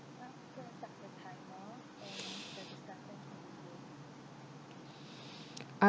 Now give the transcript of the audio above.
um